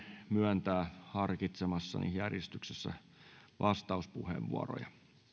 myöntää harkitsemassaan järjestyksessä vastauspuheenvuoroja